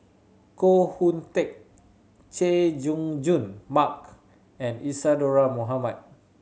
Koh Hoon Teck Chay Jung Jun Mark and Isadhora Mohamed